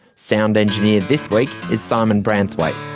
sound engineer this week is simon branthwaite,